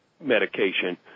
medication